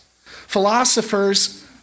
Philosophers